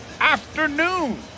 afternoon